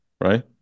right